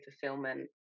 fulfillment